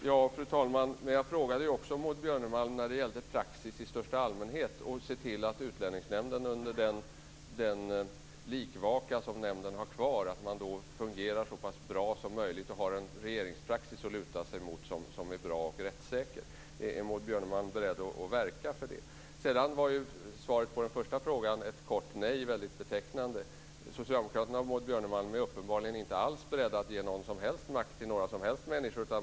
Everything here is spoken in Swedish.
Fru talman! Jag frågade ju också Maud Björnemalm om praxis i största allmänhet och hur man ska se till att Utlänningsnämnden, under den likvaka som nämnden har kvar, fungerar så bra som möjligt och har en regeringspraxis att luta sig mot som är bra och rättssäker. Är Maud Björnemalm beredd att verka för det? Svaret på den första frågan var ett kort nej. Det är väldigt betecknande. Socialdemokraterna och Maud Björnemalm är uppenbarligen inte alls beredda att ge någon som helst makt till några som helst människor.